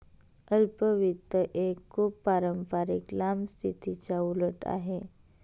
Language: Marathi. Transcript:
अल्प वित्त एक खूप पारंपारिक लांब स्थितीच्या उलट आहे